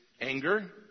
anger